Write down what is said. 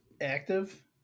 active